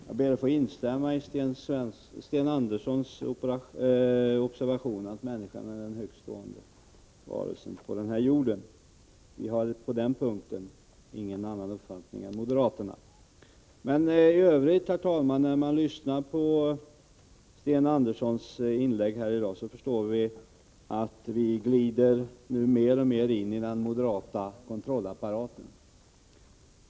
Herr talman! Jag ber att få instämma i Sten Anderssons i Malmö observation att människan är den högst stående varelsen på jorden. Vi har på den punkten ingen annan uppfattning än moderaterna. När man lyssnar på Sten Anderssons inlägg i övrigt förstår man däremot att vi nu glider mer och mer in i den moderata kontrollapparaten.